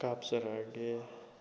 ꯀꯥꯞꯆꯔꯛꯑꯒꯦ